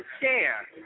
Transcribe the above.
share